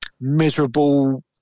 miserable